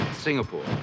Singapore